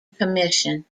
commission